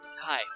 Hi